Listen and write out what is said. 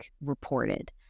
reported